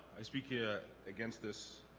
i speak here against this